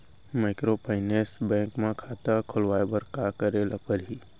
Microfinance bank म खाता खोलवाय बर का करे ल परही?